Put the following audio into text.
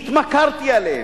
התמכרתי אליהם,